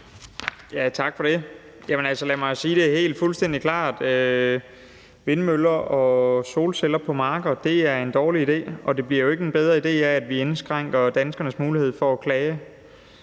Tak for det. Lad mig sige det fuldstændig klart: Vindmøller og solceller på marker er en dårlig idé, og det bliver jo ikke en bedre idé af, at vi indskrænker danskernes mulighed for at klage